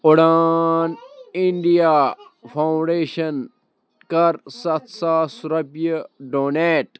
Udaan India foundation کَر سَتھ ساس رۄپیہِ ڈونیٹ